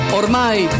ormai